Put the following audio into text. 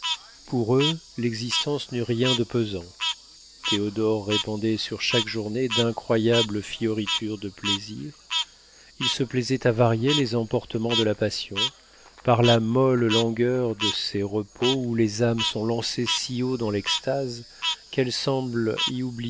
pour eux l'existence n'eut rien de pesant théodore répandait sur chaque journée d'incroyables fioriture de plaisirs il se plaisait à varier les emportements de la passion par la molle langueur de ces repos où les âmes sont lancées si haut dans l'extase qu'elles semblent